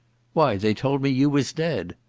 why they told me you was dead.